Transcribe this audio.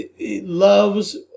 loves